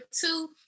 two